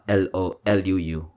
l-o-l-u-u